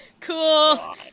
Cool